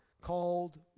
called